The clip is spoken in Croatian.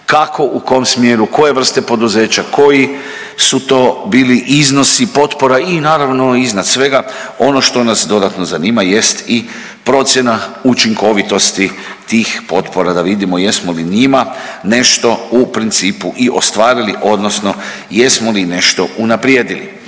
kako u kom smjeru koje vrste poduzeća, koji su to bili iznosi potpora i naravno iznad svega ono što nas dodatno zanima jest i procjena učinkovitosti tih potpora da vidimo jesmo li njima nešto u principu i ostvarili odnosno jesmo li nešto unaprijedili.